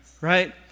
Right